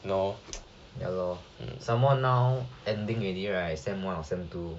ya lor some more now ending already right sem one or sem two